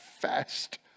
fast